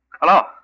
Hello